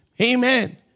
Amen